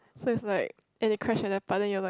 so it's like and it crash at that part then you're like